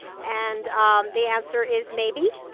and the answer is maybe.